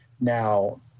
Now